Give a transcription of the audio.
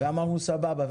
ואמרנו סבבה.